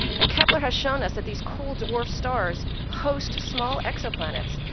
and kepler has shown us that these cool dwarf stars host small exoplanets,